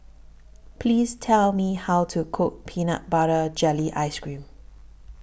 Please Tell Me How to Cook Peanut Butter Jelly Ice Cream